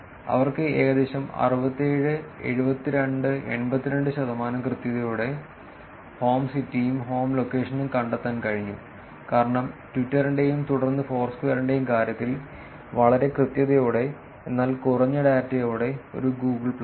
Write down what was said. അവർക്ക് ഏകദേശം 67 72 82 ശതമാനം കൃത്യതയോടെ ഹോം സിറ്റിയും ഹോം ലൊക്കേഷനും കണ്ടെത്താൻ കഴിഞ്ഞു കാരണം ട്വിറ്ററിന്റെയും തുടർന്ന് ഫോർസ്ക്വയറിന്റെയും കാര്യത്തിൽ വളരെ കൃത്യതയോടെ എന്നാൽ കുറഞ്ഞ ഡാറ്റയോടെ ഒരു Google പ്ലസിൽ